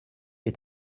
est